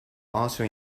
also